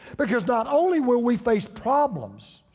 because not only when we face problems